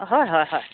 হয় হয় হয়